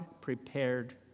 prepared